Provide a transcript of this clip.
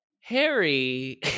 Harry